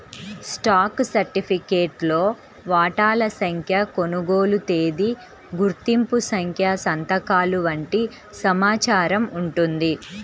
stock సర్టిఫికేట్లో వాటాల సంఖ్య, కొనుగోలు తేదీ, గుర్తింపు సంఖ్య సంతకాలు వంటి సమాచారం ఉంటుంది